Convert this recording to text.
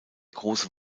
große